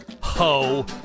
ho